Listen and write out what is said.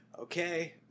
Okay